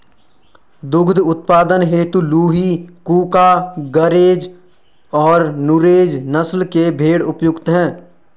दुग्ध उत्पादन हेतु लूही, कूका, गरेज और नुरेज नस्ल के भेंड़ उपयुक्त है